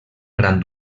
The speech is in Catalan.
gran